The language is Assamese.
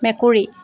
মেকুৰী